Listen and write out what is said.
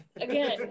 again